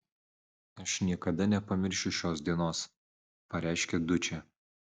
aš niekada nepamiršiu šios dienos pareiškė dučė